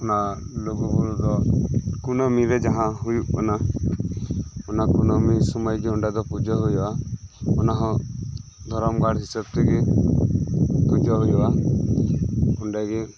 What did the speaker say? ᱚᱱᱟ ᱞᱩᱜᱩ ᱵᱩᱨᱩ ᱫᱚ ᱠᱩᱱᱟᱹᱢᱤ ᱨᱮ ᱡᱟᱦᱟᱸ ᱦᱳᱭᱳᱜ ᱠᱟᱱᱟ ᱚᱱᱟ ᱠᱩᱱᱟᱹᱢᱤ ᱥᱳᱢᱳᱭ ᱜᱮ ᱚᱸᱰᱮ ᱫᱚ ᱯᱩᱡᱟᱹ ᱦᱳᱭᱳᱜᱼᱟ ᱚᱱᱟ ᱦᱚᱸ ᱫᱷᱚᱨᱚᱢᱜᱟᱲ ᱦᱤᱥᱟᱹᱵᱽ ᱛᱮᱜᱮ ᱯᱩᱡᱟᱹ ᱦᱳᱭᱳᱜᱼᱟ ᱚᱸᱰᱮᱜᱮ